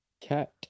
cat